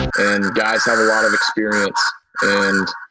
and guys have a lot of experience and.